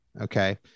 Okay